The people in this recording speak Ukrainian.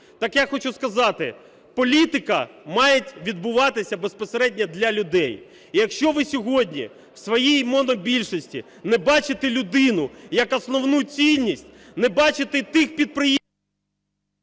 Так я хочу сказати, політика має відбуватися безпосередньо для людей. І, якщо ви сьогодні у своїй монобільшості не бачите людину як основну цінність, не бачите тих підприємців…